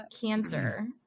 cancer